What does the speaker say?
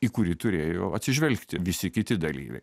į kurį turėjo atsižvelgti visi kiti dalyviai